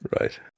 Right